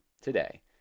today